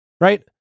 right